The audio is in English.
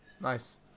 Nice